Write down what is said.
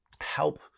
help